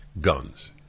guns